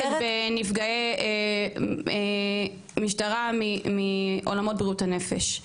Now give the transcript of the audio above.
גם עוסקת בנפגעי משטרה מעולמות בריאות הנפש.